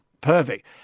perfect